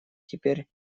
теперь